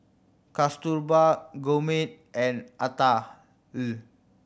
Kasturba Gurmeet and Atal